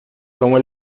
como